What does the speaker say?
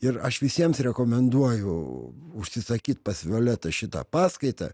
ir aš visiems rekomenduoju užsisakyt pas violetą šitą paskaitą